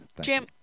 Jim